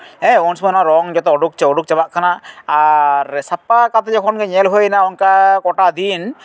ᱦᱮᱸ ᱩᱱ ᱥᱚᱢᱚᱭ ᱱᱚᱣᱟ ᱨᱚᱝ ᱡᱚᱛᱚ ᱩᱰᱩᱠ ᱪᱟᱵᱟᱜ ᱠᱟᱱᱟ ᱟᱨ ᱥᱟᱯᱷᱟ ᱠᱟᱛᱮ ᱡᱚᱠᱷᱚᱱ ᱜᱮ ᱧᱮᱞ ᱦᱩᱭᱱᱟ ᱚᱱᱠᱟ ᱠᱚᱴᱟ ᱫᱤᱱ